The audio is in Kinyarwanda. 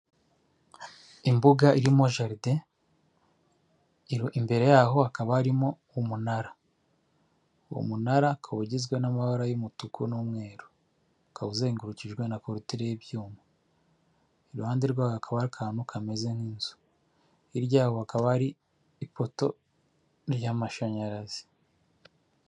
Imbuga irimo jaride, imbere yaho hakaba harimo umunara, uwo munara ukaba ugizwe n'amabara y'umutuku n'umweru, ukaba uzengurukijwe na korotire y'ibyuma, iruhande rwawo hakaba akantu kameze nk'inzu, hirya yaho hakaba hari ipoto ry'amashanyarazi.